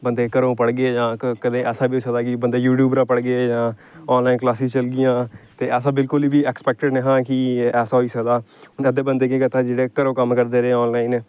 बंदे दे घरो पढ़गे जां कदें ऐसा बी होई सकदा कि बंदे यूट्यूब उप्परा पढ़गे जां आनलाइन क्लासिस चलगियां ते ऐसा बिलकुल बी ऐक्सपेक्टिड नेईं हा कि ऐसा होई सकदा हून अग्गें बंदे केह् कीता जेह्ड़े घरों कम्म करदे रेह् आनलाइन